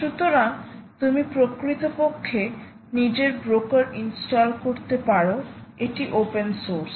সুতরাং তুমি প্রকৃতপক্ষে নিজের ব্রোকার ইনস্টল করতে পারো এটি ওপেন সোর্স